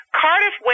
Cardiff